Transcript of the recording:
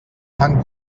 fan